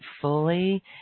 fully